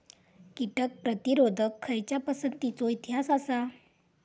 कीटक प्रतिरोधक खयच्या पसंतीचो इतिहास आसा?